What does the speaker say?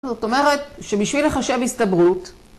זאת אומרת שבשביל לחשב הסתברות